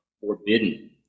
forbidden